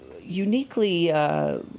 uniquely